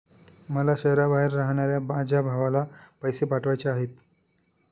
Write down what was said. मला शहराबाहेर राहणाऱ्या माझ्या भावाला पैसे पाठवायचे आहेत